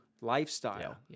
lifestyle